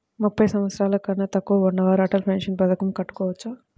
ముప్పై సంవత్సరాలకన్నా తక్కువ ఉన్నవారు అటల్ పెన్షన్ పథకం కట్టుకోవచ్చా?